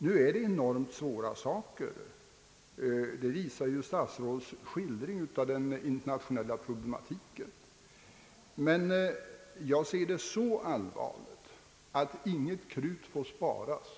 Nu är detta enormt svåra saker — det visar statsrådets skildring av den internationella problematiken. Jag anser frågan vara så allvarlig att intet krut får sparas.